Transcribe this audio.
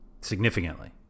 Significantly